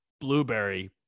blueberry